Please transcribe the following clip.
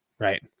Right